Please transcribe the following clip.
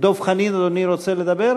דב חנין, אדוני רוצה לדבר?